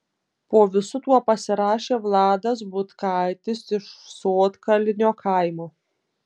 po visu tuo pasirašė vladas butkaitis iš sodkalnio kaimo